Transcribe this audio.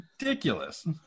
ridiculous